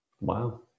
Wow